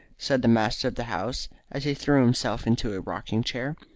said the master of the house, as he threw himself into a rocking-chair.